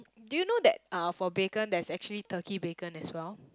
do you know that uh for bacon there's actually Turkey bacon as well